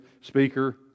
speaker